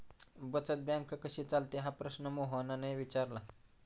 बचत बँक कशी चालते हा प्रश्न मोहनने विचारला?